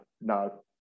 no